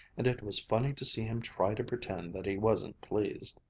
and it was funny to see him try to pretend that he wasn't pleased.